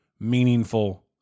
meaningful